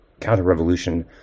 counter-revolution